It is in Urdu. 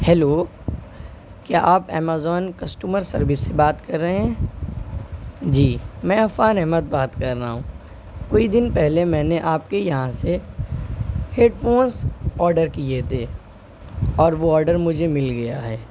ہیلو کیا آپ امیزون کسٹمر سروس سے بات کر رہے ہیں؟ جی میں عفان احمد بات کر رہا ہوں کچھ دن پہلے میں نے آپ کے یہاں سے ہیڈ فونس آڈر کیے تھے اور وہ آڈر مجھے مل گیا ہے